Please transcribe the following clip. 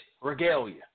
regalia